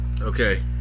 Okay